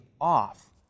off